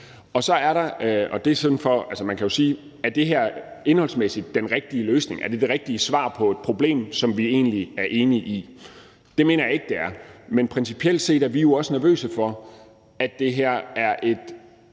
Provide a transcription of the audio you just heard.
nogle sammenhænge er det modsatte. Man kan jo sige: Er det her indholdsmæssigt den rigtige løsning? Er det det rigtige svar på det problem, som vi egentlig er enige i er der? Det mener jeg ikke det er. Men principielt set er vi jo også nervøse for, at det her er et